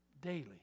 daily